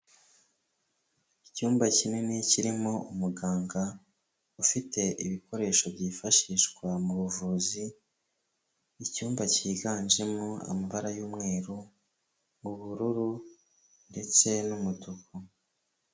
Icyumba kinini kirimo umuganga ufite ibikoresho byifashishwa mu buvuzi, icyumba cyiganjemo amabara y'umweru, ubururu ndetse n'umutuku.